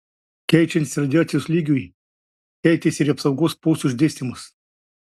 keičiantis radiacijos lygiui keitėsi ir apsaugos postų išdėstymas